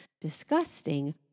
disgusting